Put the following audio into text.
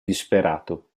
disperato